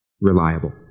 reliable